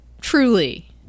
Truly